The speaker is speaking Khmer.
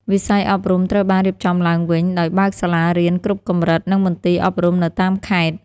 វិស័យអប់រំត្រូវបានរៀបចំឡើងវិញ ដោយបើកសាលារៀនគ្រប់កម្រិត និងមន្ទីរអប់រំនៅតាមខេត្ត។